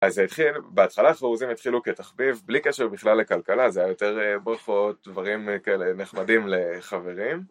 אז זה התחיל, בהתחלה חרוזים התחילו כתחביב בלי קשר בכלל לכלכלה, זה היה יותר ברכות, דברים כאלה נחמדים לחברים.